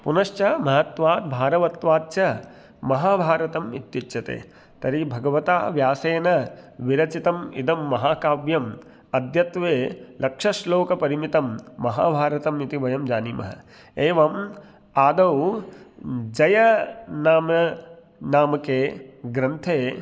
पुनश्च महत्वात् भारवत्वात् च महाभारतम् इत्युच्यते तर्हि भगवता व्यासेन विरचितम् इदं महाकाव्यम् अद्यत्वे लक्षश्लोकपरिमितं महाभारतं इति वयं जानीमः एवम् आदौ जयनाम नामके ग्रन्थे